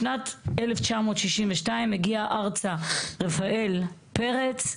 בשנת 1962 הגיע ארצה רפאל פרץ,